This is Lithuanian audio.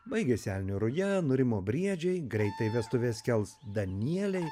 baigėsi elnių ruja nurimo briedžiai greitai vestuves kels danieliai